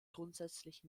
grundsätzlich